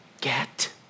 Get